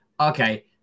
okay